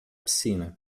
piscina